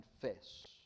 confess